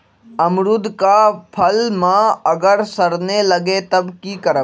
अमरुद क फल म अगर सरने लगे तब की करब?